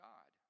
God